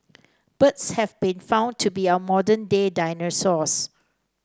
birds have been found to be our modern day dinosaurs